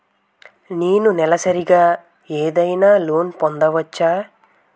నేను నెలసరిగా ఏదైనా లోన్ పొందవచ్చా?